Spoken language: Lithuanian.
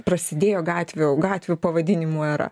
prasidėjo gatvių gatvių pavadinimų era